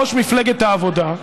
ראש מפלגת העבודה,